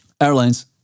Airlines